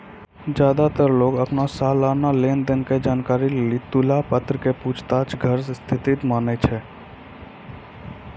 ज्यादातर लोग अपनो सलाना लेन देन के जानकारी लेली तुलन पत्र के पूछताछ जांच स्थिति मानै छै